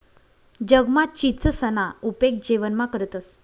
जगमा चीचसना उपेग जेवणमा करतंस